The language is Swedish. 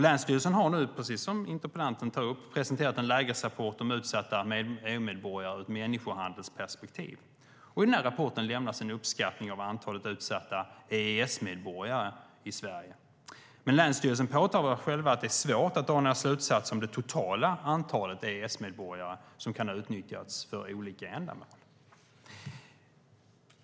Länsstyrelsen har, precis som interpellanten tar upp, presenterat en lägesrapport om utsatta EU-medborgare ur ett människohandelsperspektiv, och i rapporten lämnas en uppskattning av antalet utsatta EES-medborgare i Sverige. Men länsstyrelsen påtalar att det är svårt att dra några slutsatser om det totala antalet EES-medborgare som kan ha utnyttjats för olika ändamål.